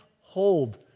hold